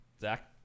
zach